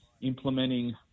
implementing